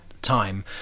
time